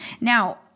Now